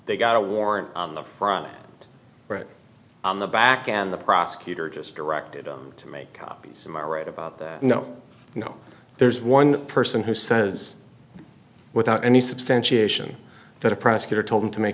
they got a warrant on the front right on the back and the prosecutor just directed us to make copies some are right about that no you know there's one person who says without any substantiation that a prosecutor told him to make